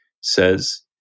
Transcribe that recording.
says